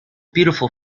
beautiful